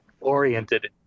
oriented